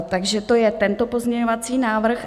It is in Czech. Takže to je tento pozměňovací návrh.